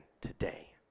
today